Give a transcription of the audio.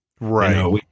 Right